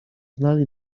znali